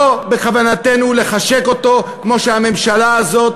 לא בכוונתנו לחשק אותו כמו הממשלה הזאת,